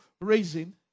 raising